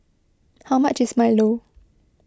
how much is Milo